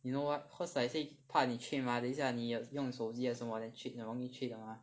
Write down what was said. you know what cause like I say 怕你 cheat mah 等一下你用手机还是什么 then cheat 比较容易 cheat mah